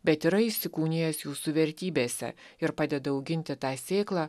bet yra įsikūnijęs jūsų vertybėse ir padeda auginti tą sėklą